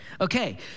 Okay